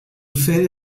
sede